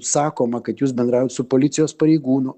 sakoma kad jūs bendraujat su policijos pareigūnu